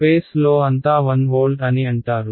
space లో అంతా 1 volt అని అంటారు